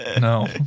No